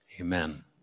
Amen